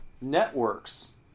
networks